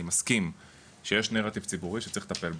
אני מסכים שיש נרטיב ציבורי שצריך לטפל בו,